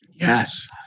Yes